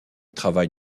travaille